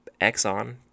Exxon